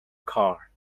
car